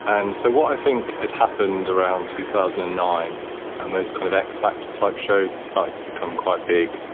and so what i think had happened around two thousand and nine and those kind of x factor type shows, it and started to become quite big.